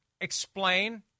explain